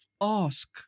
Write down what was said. ask